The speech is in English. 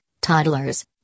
toddlers